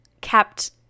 kept